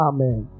Amen